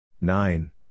nine